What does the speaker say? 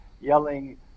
yelling